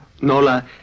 Nola